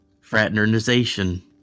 fraternization